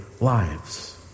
lives